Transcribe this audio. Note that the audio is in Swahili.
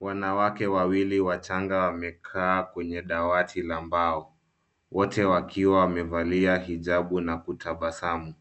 Wanawake wawili wachanga wamekaa kwenye dawati la mbao wote wakiwa wamevalia hijabu na kutabasamu